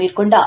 மேற்கொண்டார்